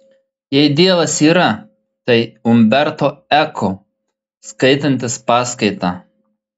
jei dievas yra tai umberto eko skaitantis paskaitą